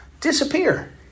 disappear